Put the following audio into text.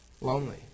lonely